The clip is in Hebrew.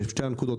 בשתי הנקודות,